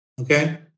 okay